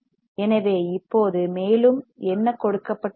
எனவே இப்போது மேலும் என்ன கொடுக்கப்பட்டுள்ளது